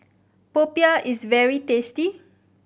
popiah is very tasty